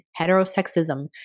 heterosexism